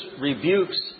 rebukes